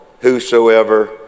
whosoever